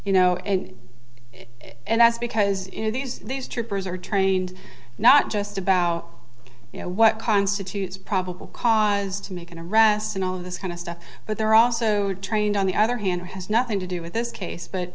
you know and and that's because in these days troopers are trained not just about you know what constitutes probable cause to make an arrest and all of this kind of stuff but they're also trained on the other hand has nothing to do with this case but